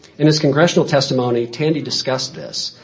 in his congressional testimony, tandy discussed this.